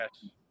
Yes